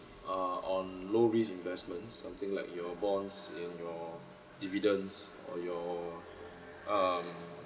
uh on low risk eh investments something like your bonds in your dividends or your um